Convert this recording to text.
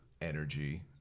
energy